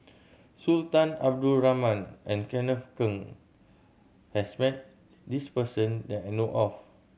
Sultan Abdul Rahman and Kenneth Keng has met this person that I know of